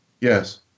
Yes